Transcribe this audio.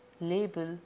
label